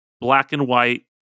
black-and-white